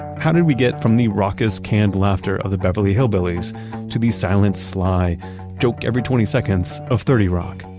how did we get from the raucous canned laughter of the beverly hillbillies to these silence sly joke, every twenty seconds of thirty rock.